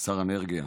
שר האנרגיה,